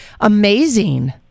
amazing